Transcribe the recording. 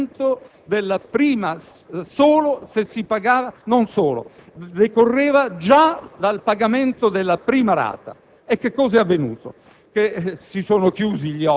decorreva già dal pagamento della prima rata. Cosa è avvenuto?